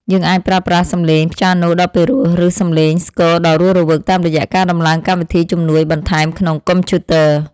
យើងអាចប្រើប្រាស់សំឡេងព្យាណូដ៏ពិរោះ ឬ សំឡេងស្គរដ៏រស់រវើកតាមរយៈការដំឡើងកម្មវិធីជំនួយបន្ថែមក្នុងកុំព្យូទ័រ។